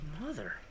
Mother